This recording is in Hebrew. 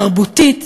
תרבותית,